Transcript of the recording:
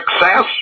success